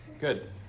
good